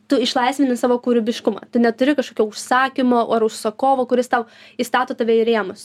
tu išlaisvini savo kūrybiškumą tu neturi kažkokio užsakymo ar užsakovo kuris tau įstato tave į rėmus